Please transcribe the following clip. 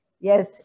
yes